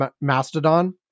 Mastodon